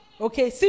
Okay